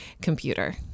Computer